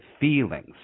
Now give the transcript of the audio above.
feelings